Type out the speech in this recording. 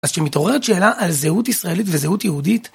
אז כשמתעוררת שאלה על זהות ישראלית וזהות יהודית..